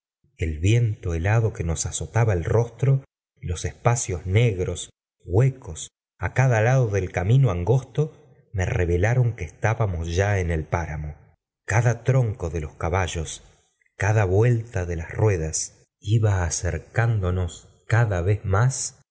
el viento helado que nos azotaba el rostro y los espacios negios huecos á cada lado del camino angosto me revelaron que estábamos ya en el páramo cada tionco de los caballos cada vuelta de las ruedas iba v ai